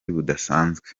budasanzwe